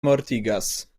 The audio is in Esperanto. mortigas